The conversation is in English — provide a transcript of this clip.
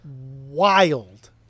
wild